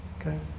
Okay